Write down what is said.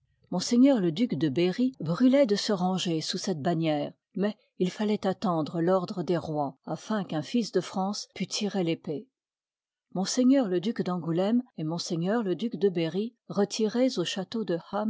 m le duc de berry bruloit de se ranger sous cette bannière mais il falloit attendre tordre des rois afin qu'un fils de france put tirer répëe m le duc d'angoulcme et m le duc de berry retirés au château de